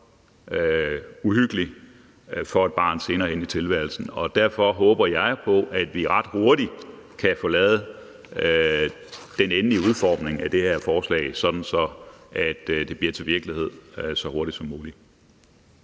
uhyggelig for et barn senere hen i tilværelsen, og derfor håber jeg på, at vi ret hurtigt kan få lavet den endelige udformning af det her forslag, sådan at det bliver til virkelighed så hurtigt som muligt.